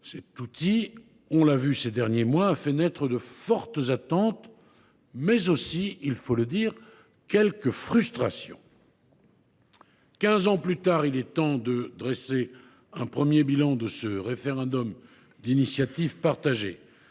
Cet outil, on l’a vu ces derniers mois, a fait naître de fortes attentes, mais aussi, il faut le dire, quelques frustrations. Quinze ans plus tard, il est temps de dresser un premier bilan de ce référendum d’initiative partagée.